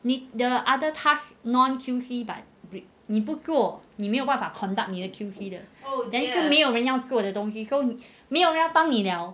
the the other task non Q_C but 你不做你没有办法 conduct 你的 Q_C 的但是没有人要做的东西没有人家帮你 liao